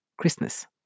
Christmas